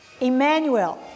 Emmanuel